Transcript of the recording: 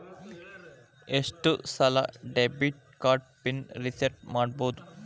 ಎಷ್ಟ ಸಲ debit card pin reset ಮಾಡಬೋದು